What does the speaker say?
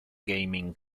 gaming